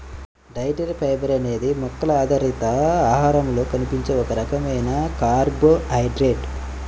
dietary fibre అనేది మొక్కల ఆధారిత ఆహారాలలో కనిపించే ఒక రకమైన కార్బోహైడ్రేట్